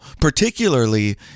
particularly